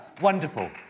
Wonderful